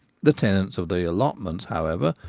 the tenants of the allotments, however,